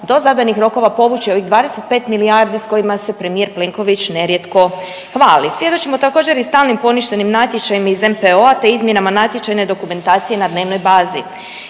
do zadanih rokova povući ovih 25 milijardi s kojima se premijer Plenković nerijetko hvali. Svjedočimo također, i stalnim poništenim natječajima iz NPOO-a te izmjenama natječajne dokumentacije na dnevnoj bazi